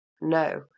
No